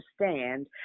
understand